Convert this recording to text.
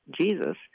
Jesus